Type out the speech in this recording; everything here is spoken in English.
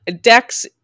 dex